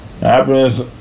happiness